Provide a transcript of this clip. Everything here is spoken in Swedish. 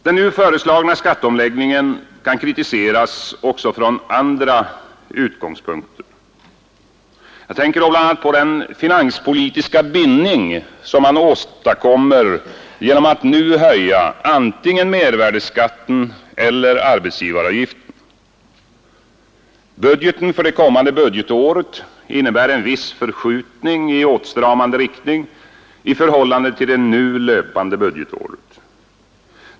Den nu föreslagna skatteomläggningen kan kritiseras också från andra utgångspunkter. Jag tänker då bl.a. på den finanspolitiska bindning som man åstadkommer genom att nu höja antingen mervärdeskatten eller arbetsgivaravgiften. Budgeten för det kommande budgetåret innebär en viss förskjutning i åtstramande riktning i förhållande till det nu löpande budgetåret.